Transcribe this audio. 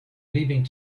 leaving